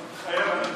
מתחייב אני